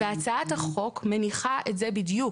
הצעת החוק מניחה את זה בדיוק,